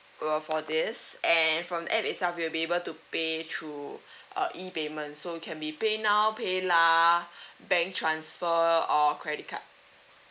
uh for this and from the app itself you will be able to pay through err E payment so can be paynow paylah bank transfer or credit card